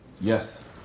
Yes